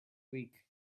week